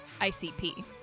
ICP